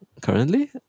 Currently